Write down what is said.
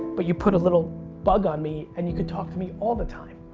but you put a little bug on me and you could talk to me all the time.